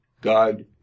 God